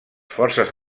forces